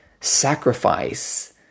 sacrifice